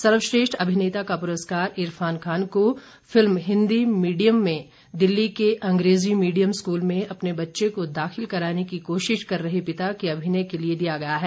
सर्वश्रेष्ठ अभिनेता का पुरस्कार इरफान खान को फिल्म हिन्दी मीडियम में दिल्ली के अंग्रेजी मीडियम स्कूल में अपने बच्चे को दाखिल कराने की कोशिश कर रहे पिता के अभिनय के लिए दिया गया है